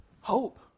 Hope